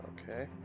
Okay